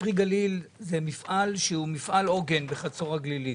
פרי גליל זה מפעל עוגן בחצור הגלילית,